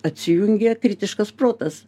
atsijungia kritiškas protas